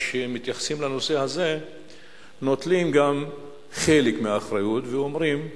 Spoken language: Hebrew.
כשמתייחסים לנושא הזה נוטלים גם חלק מהאחריות ואומרים: